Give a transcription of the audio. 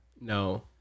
No